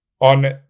On